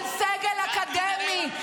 -- היית רואה ממצאים של סגל אקדמי.